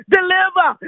Deliver